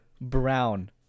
brown